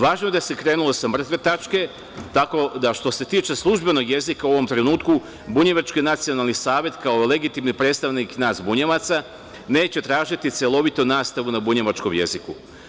Važno je da se krenulo sa mrtve tačke, tako da što se tiče službenog jezika u ovom trenutku Bunjevački Nacionalni savet kao legitimni predstavnik nas bunjevaca, neće tražiti celovitu nastavu na bunjevačkom jeziku.